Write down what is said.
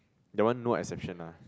that one no exception lah